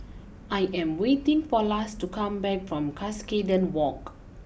I am waiting for Lars to come back from Cuscaden walk